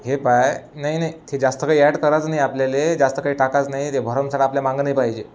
हे पहा नाही नाही ते जास्त काही ॲड करायचं नाही आपल्याला जास्त काही टाकायचं नाही ते भरमसाट आपल्या मागं नाही पाहिजे